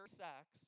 sex